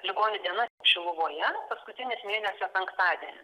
ligonių diena šiluvoje paskutinis mėnesio penktadienį